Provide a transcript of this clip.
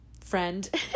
friend